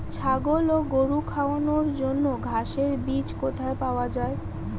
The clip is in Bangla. ছাগল ও গরু খাওয়ানোর জন্য ঘাসের বীজ কোথায় পাওয়া যায়?